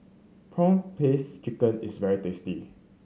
prawn paste chicken is very tasty